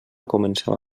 començava